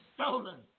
stolen